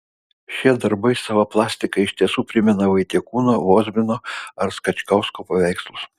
šie darbai sava plastika iš tiesų primena vaitekūno vozbino ar skačkausko paveikslus